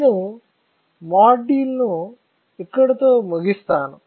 నేను మాడ్యూల్ను ఇక్కడతో ముగిస్తాను